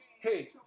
Hey